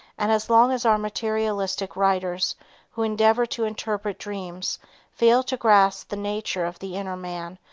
and as long as our materialistic writers who endeavor to interpret dreams fail to grasp the nature of the inner man,